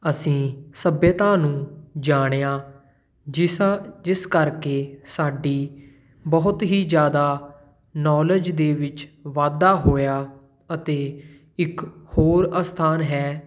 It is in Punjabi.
ਅਸੀਂ ਸੱਭਿਅਤਾ ਨੂੰ ਜਾਣਿਆ ਜਿਸਾਂ ਜਿਸ ਕਰਕੇ ਸਾਡੀ ਬਹੁਤ ਹੀ ਜ਼ਿਆਦਾ ਨੌਲੇਜ ਦੇ ਵਿੱਚ ਵਾਧਾ ਹੋਇਆ ਅਤੇ ਇੱਕ ਹੋਰ ਅਸਥਾਨ ਹੈ